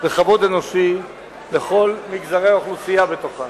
וכבוד אנושי לכל מגזרי האוכלוסייה בתוכה,